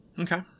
Okay